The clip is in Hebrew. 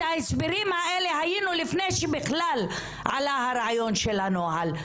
את ההסברים האלה היינו לפני שבכלל עלה הרעיון של הנוהל,